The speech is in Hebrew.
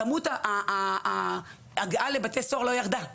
כמות ההגעה לבתי הסוהר לא ירדה בהן.